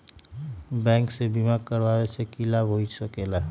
Bank से बिमा करावे से की लाभ होई सकेला?